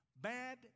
bad